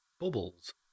Bubbles